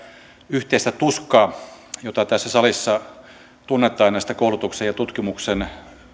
yhteistä tuskaa jota tässä salissa tuumataan näistä koulutuksen ja tutkimuksen